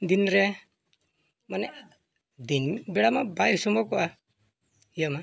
ᱫᱤᱱ ᱨᱮ ᱢᱟᱱᱮ ᱫᱤᱱ ᱵᱮᱲᱟᱢᱟ ᱵᱟᱭ ᱥᱚᱢᱵᱷᱚᱵᱚᱜᱼᱟ ᱤᱭᱟᱹᱢᱟ